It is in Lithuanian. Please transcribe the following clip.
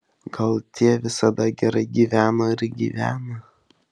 gal tie visada gerai gyveno ir gyvena